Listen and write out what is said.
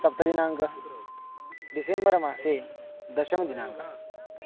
सप्तमदिनाङ्कः डिसेम्बर् मासे दशमदिनाङ्कः